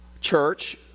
Church